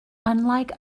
unlike